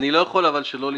אני לא יכול לא להתייחס